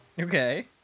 Okay